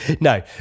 no